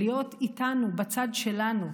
להיות איתנו בצד שלנו,